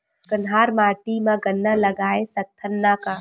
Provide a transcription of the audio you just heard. कन्हार माटी म गन्ना लगय सकथ न का?